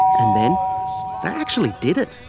and then they actually did it.